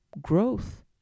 growth